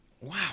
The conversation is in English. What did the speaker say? Wow